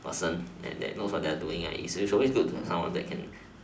person and that knows what they're doing is always good to have someone that can